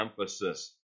emphasis